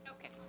Okay